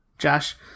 Josh